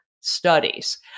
studies